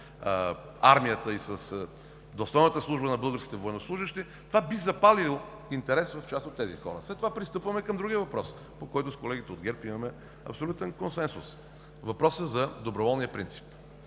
армията и достойната служба на българските военнослужещи, това би запалило интерес в част от тези хора. След това пристъпваме към други въпроси, по които с колегите от ГЕРБ имаме абсолютен консенсус. Въпросът за доброволния принцип.